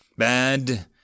Bad